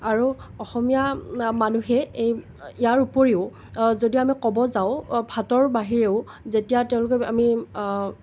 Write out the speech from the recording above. আৰু অসমীয়া মানুহে এই ইয়াৰ উপৰিও যদি আমি ক'ব যাওঁ ভাতৰ বাহিৰেও যেতিয়া তেওঁলোকে আমি